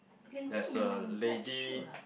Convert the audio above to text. lady in your black shoot lah